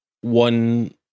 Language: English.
one